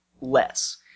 less